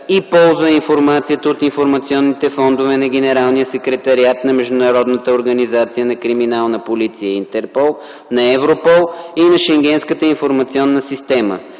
и ползва информацията от информационните фондове на Генералния секретариат на Международната организация на криминална полиция – Интерпол, на Европол и на Шенгенската информационна система